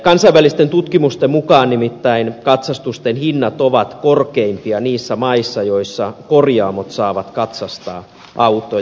kansainvälisten tutkimusten mukaan nimittäin katsastusten hinnat ovat korkeimpia niissä maissa joissa korjaamot saavat katsastaa autoja